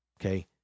okay